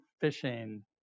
fishing